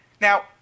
Now